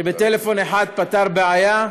שבטלפון אחד פתר בעיה.